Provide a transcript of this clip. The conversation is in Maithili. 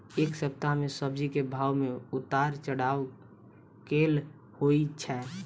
एक सप्ताह मे सब्जी केँ भाव मे उतार चढ़ाब केल होइ छै?